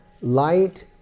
Light